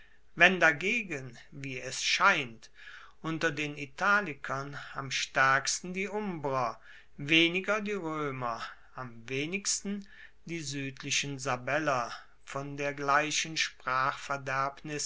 wenn dagegen wie es scheint unter den italikern am staerksten die umbrer weniger die roemer am wenigsten die suedlichen sabeller von der gleichen